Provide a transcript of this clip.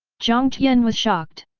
jiang tian was shocked.